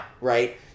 right